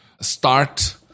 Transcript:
start